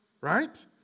Right